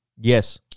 Yes